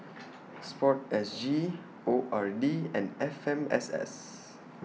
Sport S G O R D and F M S S